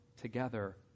together